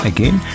Again